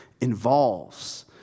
involves